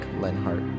Lenhart